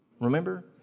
Remember